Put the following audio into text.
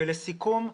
לסיכום.